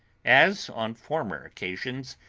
as on former occasion,